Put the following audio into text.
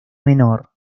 menor